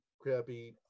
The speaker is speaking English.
crappy